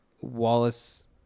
wallace